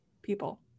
people